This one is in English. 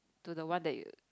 to the one that you